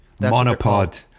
monopod